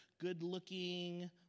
good-looking